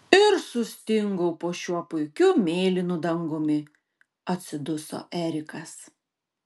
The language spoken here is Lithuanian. ir sustingau po šiuo puikiu mėlynu dangumi atsiduso erikas